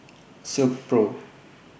Silkpro